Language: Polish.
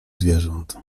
zwierząt